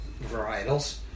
varietals